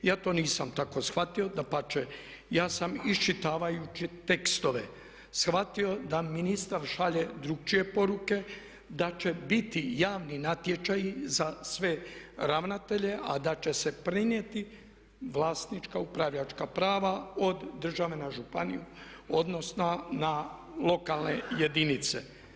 Ja to nisam tako shvatio, dapače ja sam iščitavajući tekstove shvatio da ministar šalje drukčije poruke, da će biti javni natječaji za sve ravnatelje, a da će se prenijeti vlasnička upravljačka prava od države na županiju odnosno na lokalne jedinice.